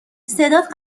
صدات